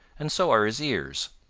and so are his ears.